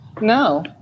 No